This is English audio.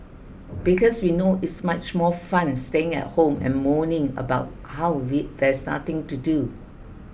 because we know it's much more fun staying at home and moaning about how they there's nothing to do